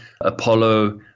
Apollo